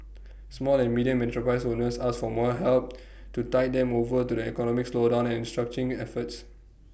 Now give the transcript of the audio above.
small and medium enterprise owners asked for more help to tide them over to the economic slowdown and restructuring efforts